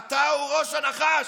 אתה הוא ראש הנחש.